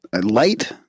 Light